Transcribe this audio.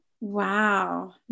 wow